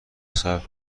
صبر